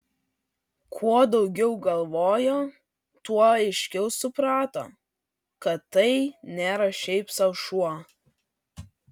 kuo daugiau galvojo tuo aiškiau suprato kad tai nėra šiaip sau šuo